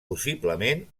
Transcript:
possiblement